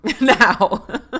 now